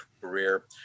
career